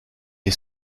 est